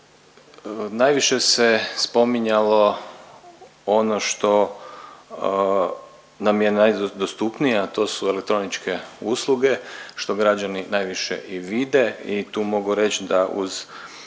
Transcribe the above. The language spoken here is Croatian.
Najviše se spominjalo ono što nam je najdostupnije, a to su elektroničke usluge što građani najviše i vide i tu mogu reći da uz